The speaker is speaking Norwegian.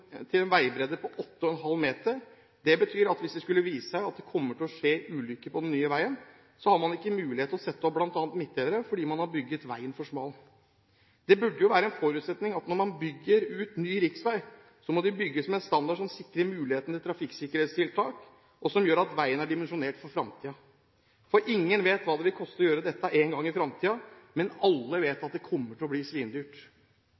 til en veibredde på 8,5 meter. Det betyr at hvis det skulle vise seg at det kommer til å skje ulykker på den nye veien, har man ikke mulighet til å sette opp bl.a. midtdelere, fordi man har bygget veien for smal. Det burde jo være en forutsetning at når man bygger ut nye riksveier, må de bygges med en standard som sikrer muligheten til trafikksikkerhetstiltak, og som gjør at veien er dimensjonert for fremtiden. For ingen vet hva det vil koste å gjøre dette en gang i fremtiden, men alle vet